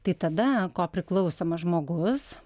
tai tada kopriklausomas žmogus